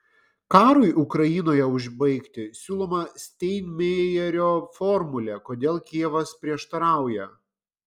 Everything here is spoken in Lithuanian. karui ukrainoje užbaigti siūloma steinmeierio formulė kodėl kijevas prieštarauja